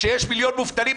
כשיש מיליון מובטלים,